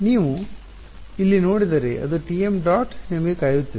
ನೀವು ಇಲ್ಲಿ ನೋಡಿದರೆ ಅದು Tm ಡಾಟ್ ನಿಮಗಾಗಿ ಕಾಯುತ್ತಿದೆ